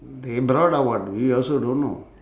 they brought or what we also don't know